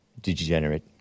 degenerate